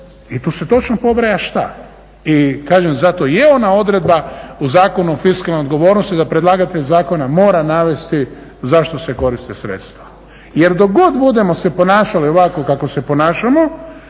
i tu se točno pobraja šta. I kažem zato i je ona odredba u Zakonu o fiskalnoj odgovornosti da predlagatelj zakona mora navesti za što se koriste sredstva. Jer dok god budemo se ponašali ovako kako se ponašamo,